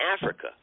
Africa